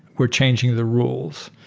were changing the rules.